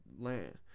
land